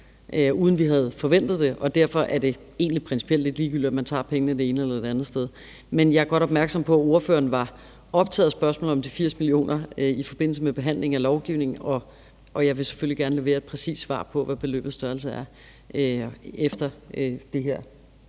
uden at vi havde forventet det, og derfor er det egentlig principielt lidt ligegyldigt, om man tager pengene det ene eller det andet sted. Men jeg er godt opmærksom på, at ordføreren var optaget af spørgsmålet om de 80 mio. kr. i forbindelse med behandlingen af lovgivningen, og jeg vil selvfølgelig gerne levere et præcist svar på, hvad beløbets størrelse er, inden